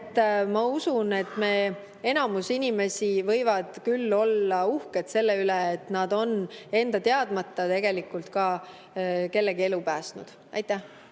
ma usun, et enamus inimesi võivad küll olla uhked selle üle, et nad on enda teadmata ka kellegi elu päästnud. Aitäh!